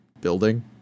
building